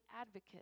advocate